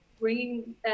bringing